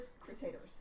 crusaders